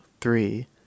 three